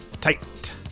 Tight